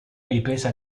ripresa